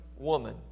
woman